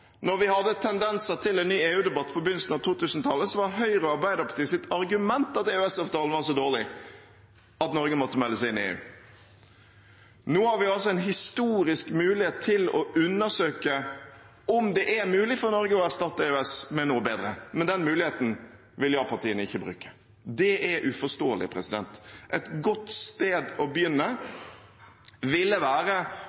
vi hadde tendenser til en ny EU-debatt på begynnelsen av 2000-tallet, var Høyre og Arbeiderpartiets argument at EØS-avtalen var så dårlig at Norge måtte melde seg inn i EU. Nå har vi en historisk mulighet til å undersøke om det er mulig for Norge å erstatte EØS med noe bedre, men den muligheten vil ja-partiene ikke bruke. Det er uforståelig. Et godt sted å